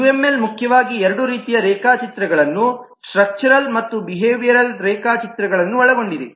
UML ಮುಖ್ಯವಾಗಿ ಎರಡು ರೀತಿಯ ರೇಖಾಚಿತ್ರಗಳನ್ನು ಸ್ಟ್ರಕ್ಚರ್ ಮತ್ತು ಬಿಹೇವಿಯರಲ್ ರೇಖಾಚಿತ್ರಗಳನ್ನು ಒಳಗೊಂಡಿದೆ